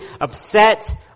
upset